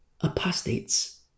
apostates